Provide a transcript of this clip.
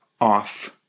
off